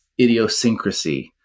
idiosyncrasy